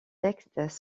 textes